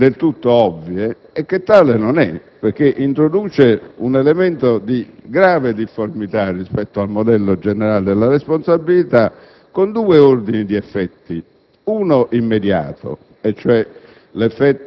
un giusto riconoscimento, di esigenze del tutto ovvie. Tale non è, perché introduce un elemento di grave difformità rispetto al modello generale della responsabilità. Con due ordini di effetti.